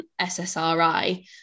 SSRI